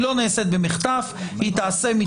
היא לא נעשית במחטף, היא תיעשה מתוך הקשבה.